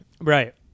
right